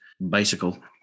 bicycle